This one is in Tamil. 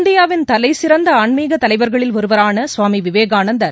இந்தியாவின் தலைசிறந்த ஆன்மீக தலைவர்களில் ஒருவரான சுவாமி விவேகானந்தர்